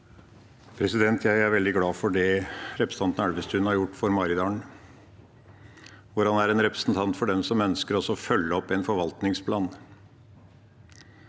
Jeg er veldig glad for det representanten Elvestuen har gjort for Maridalen, for han er en representant for dem som ønsker å følge opp en forvaltningsplan.